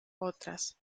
otras